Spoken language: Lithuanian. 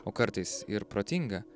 o kartais ir protinga